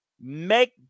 make